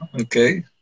Okay